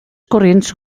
corrents